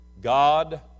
God